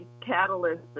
catalyst